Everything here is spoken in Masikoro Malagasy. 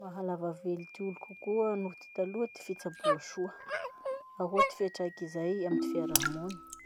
Mahalava velo ty olo kokoa noho ty taloha ty fitsaboa soa. Ahoa ty fiatraik'izay amy fiarahamony?